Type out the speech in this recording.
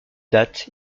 date